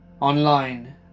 Online